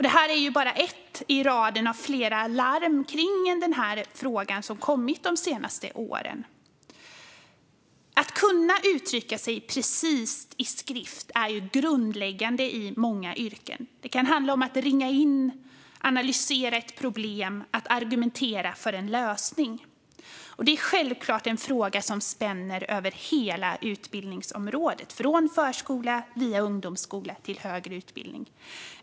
Detta är bara ett i raden av flera larm i frågan som har kommit under de senaste åren. Att kunna uttrycka sig precist i skrift är grundläggande i många yrken. Det kan handla om att ringa in och analysera ett problem och att argumentera för en lösning. Det här är självklart en fråga som spänner över hela utbildningsområdet, från förskola via ungdomsskola till högre utbildning.